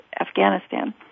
Afghanistan